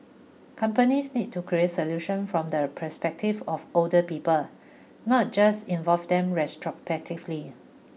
companies need to create solutions from the perspective of older people not just involve them retrospectively